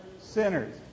sinners